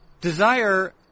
Desire